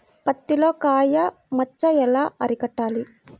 పత్తిలో కాయ మచ్చ ఎలా అరికట్టాలి?